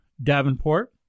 Davenport